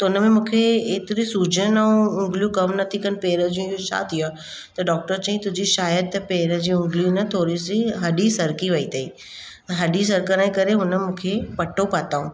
त उन में मूंखे एतिरी सुॼनि ऐं उंगलियूं कमु नथी कनि पेर जी छा थी वियो आहे त डॉक्टर चयईं तुंहिंजी शायदि त पेर जी उंगलियूं त थोरो सीं हॾी सरकी वई अथई हॾी सरकण जे करे हुन मूंखे पटो पातूं